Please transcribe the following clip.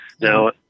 Now